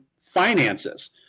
finances